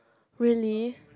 really